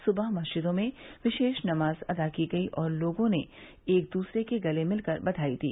सुबह मस्जिदों में विशेष नमाज अदा की गई और लोगों ने एक दूसरे के गले मिलकर ब्याई दी